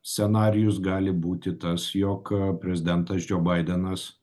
scenarijus gali būti tas jog prezidentas džo baidenas